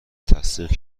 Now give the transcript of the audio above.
تصدیق